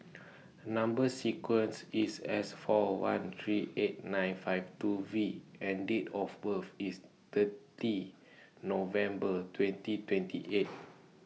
Number sequence IS S four one three eight nine five two V and Date of birth IS thirty November twenty twenty eight